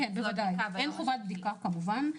כן, בוודאי, אין חובת בדיקה, כמובן.